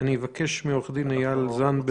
אבקש מעורך-הדין איל זנדברג.